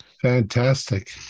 fantastic